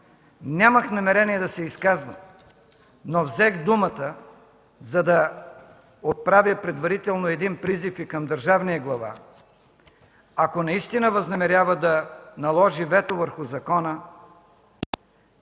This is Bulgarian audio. Нямах намерение да се изказвам, но взех думата, за да отправя предварително един призив и към държавния глава. Ако наистина възнамерява да наложи вето върху закона,